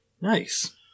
Nice